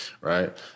Right